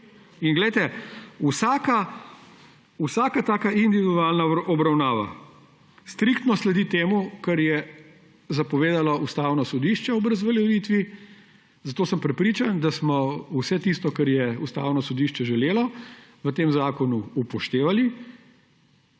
Poglejte, vsaka taka individualna obravnava striktno sledi temu, kar je zapovedalo Ustavno sodišče ob razveljavitvi, zato sem prepričan, da smo vse tisto, kar je Ustavno sodišče želelo, v tem zakonu upoštevali.